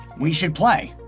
we should play.